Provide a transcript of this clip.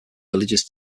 villages